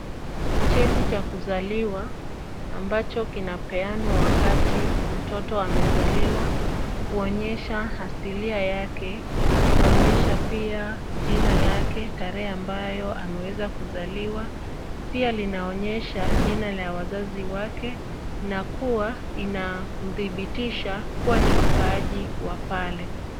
Cheti cha kuzaliwa ambacho kinapeanwa wakati mtoto amezaliwa kuonyesha asilia yake, kuonyesha pia jina lake, tarehe ambayo ameweza kuzaliwa, pia linaonyesha jina la wazazi wake na huwa inamdhibitisha kuwa ni mkaaji wa pale.